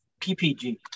PPG